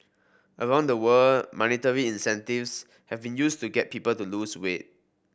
around the world monetary incentives have been used to get people to lose weight